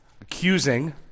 accusing